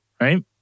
Right